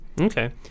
Okay